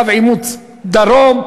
קו עימות דרום,